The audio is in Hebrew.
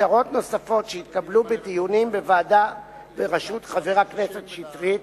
בפשרות נוספות שהתקבלו בדיונים בוועדה בראשות חבר הכנסת שטרית,